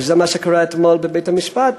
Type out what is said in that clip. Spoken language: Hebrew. וזה מה שקרה אתמול בבית-המשפט,